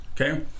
okay